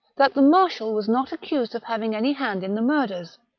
that the marshal was not accused of having any hand in the murders,